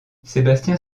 sébastien